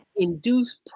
Induce